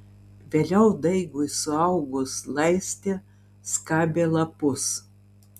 vėliau daigui suaugus laistė skabė lapus